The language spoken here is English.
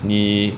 你